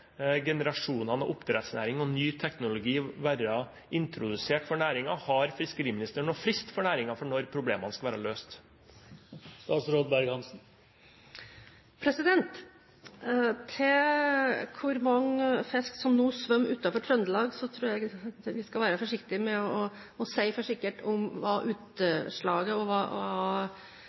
generasjonene av oppdrett og ny teknologi være introdusert for næringen? Har fiskeriministeren noen frist for næringen for når problemene skal være løst? Til spørsmålet om hvor mange fisker som nå svømmer utenfor Trøndelag, tror jeg vi skal være forsiktige med å si for sikkert hva utslaget og hva